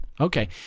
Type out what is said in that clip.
Okay